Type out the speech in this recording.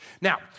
Now